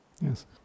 Yes